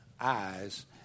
eyes